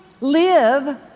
live